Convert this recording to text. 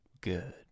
good